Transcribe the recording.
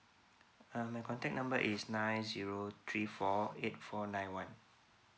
um my contact number is nine zero three four eight four nine one